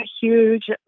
huge